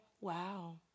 wow